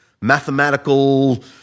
mathematical